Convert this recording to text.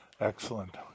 Excellent